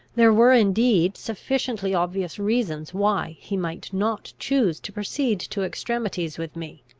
there were indeed sufficiently obvious reasons why he might not choose to proceed to extremities with me.